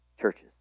churches